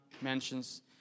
mentions